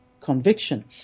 conviction